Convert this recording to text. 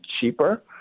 cheaper